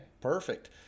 perfect